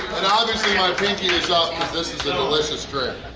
and obviously, my pinky is up because this is a delicious drink!